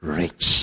rich